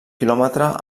quilòmetre